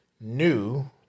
new